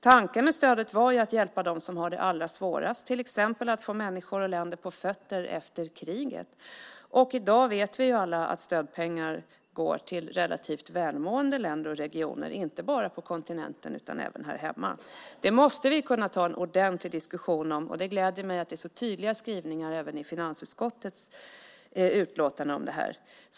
Tanken med stödet var att hjälpa dem som har det allra svårast, till exempel att få människor och länder på fötter efter krig. I dag vet vi alla att stödpengar går till relativt välmående länder och regioner, inte bara på kontinenten utan även här hemma. Det måste vi kunna ta en ordentlig diskussion om. Det gläder mig att det är så tydliga skrivningar om detta även i finansutskottets utlåtande.